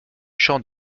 champ